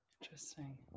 Interesting